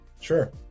Sure